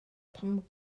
pan